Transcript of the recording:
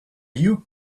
you